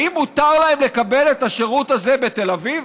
האם מותר להם לקבל את השירות הזה בתל אביב?